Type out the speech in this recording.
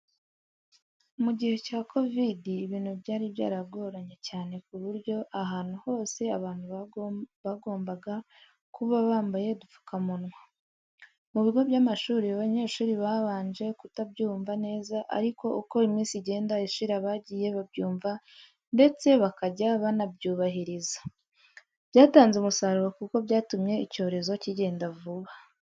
Mu gihe cya kovidi ibintu byari byaragoranye cyane ku buryo ahantu hose abantu bagombaga kuba bambaye udupfukamunwa. Mu bigo by'amashuri abanyeshuri babanje kutabyumva neza ariko uko iminsi igenda ishira bagiye babyumva ndetse bakajya banabyubahiriza. Byatanze umusaruro kuko byatumye icyorezo kigenda vuba.